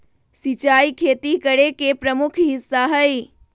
सिंचाई खेती करे के प्रमुख हिस्सा हई